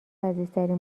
عزیزترین